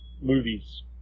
movies